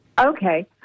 Okay